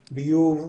ביוב,